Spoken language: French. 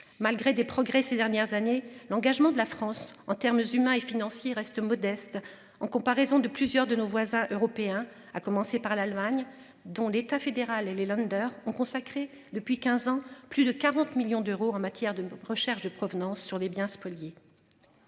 Malgré des progrès ces dernières années, l'engagement de la France en termes humains et financiers restent modestes en comparaison de plusieurs de nos voisins européens, à commencer par l'Allemagne, dont l'État fédéral et les Länder ont consacré depuis 15 ans, plus de 40 millions d'euros en matière de notre recherche de provenance sur les biens spoliés.